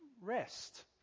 rest